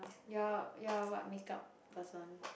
you're you're what makeup person